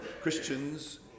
christians